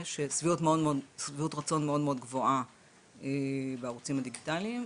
שביעות רצון מאוד מאוד גבוהה בערוצים הדיגיטליים,